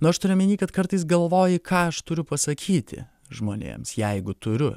nu aš turiu omeny kad kartais galvoji ką aš turiu pasakyti žmonėms jeigu turiu